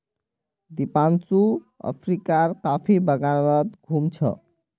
दीपांशु अफ्रीकार कॉफी बागानत घूम छ